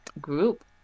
group